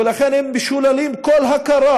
ולכן, הם משוללים כל הכרה